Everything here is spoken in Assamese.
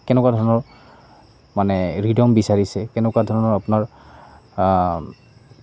কেনেকুৱা ধৰণৰ মানে ৰিদম বিচাৰিছে কেনেকুৱা ধৰণৰ আপোনাৰ